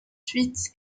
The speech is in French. suite